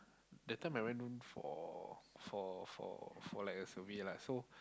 that time I went for for for for like a survey lah so